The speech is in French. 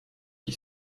qui